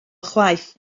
chwaith